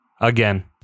Again